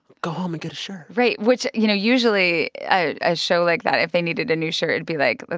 go home and get a shirt right. which, you know, usually, a show like that if they needed a new shirt, be, like,